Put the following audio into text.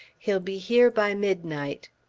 he'll be here by midnight.